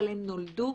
אבל הם נולדו